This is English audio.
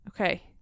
okay